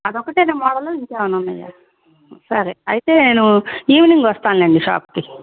అది ఒక్కటేనా మోడల్ ఇంకా ఏమన్నా ఉన్నాయా సరే అయితే నేను ఈవినింగ్ వస్తాను అండి షాప్కి